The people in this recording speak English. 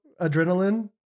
Adrenaline